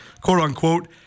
quote-unquote